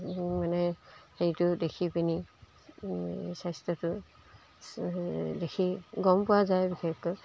মানে হেৰিটো দেখি পিনি স্বাস্থ্যটো দেখি গম পোৱা যায় বিশেষকৈ